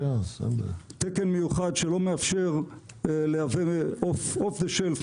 תקן מיוחד שלא מאפשר לייבא of the self,